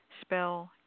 spell